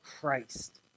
Christ